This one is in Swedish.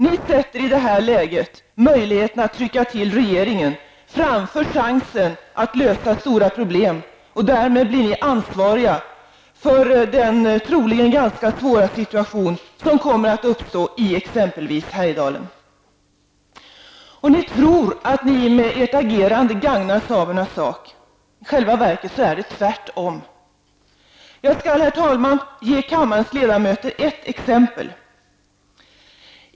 Ni sätter i det här läget möjligheten att trycka till regeringen framför chansen att lösa stora problem, och därmed blir ni ansvariga för den troligen ganska svåra situation som kommer att uppstå i exempelvis Härjedalen. Ni tror att ni med ert agerande gagnar samernas sak -- i själva verket är det tvärtom. Jag skall, herr talman, ge kammarens ledamöter ett exempel.